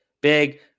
big